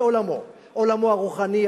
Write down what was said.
זה עולמו עולמו הרוחני,